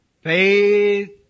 Faith